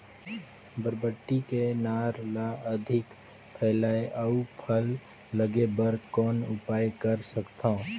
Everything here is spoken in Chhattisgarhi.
बरबट्टी के नार ल अधिक फैलाय अउ फल लागे बर कौन उपाय कर सकथव?